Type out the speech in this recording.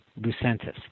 Lucentis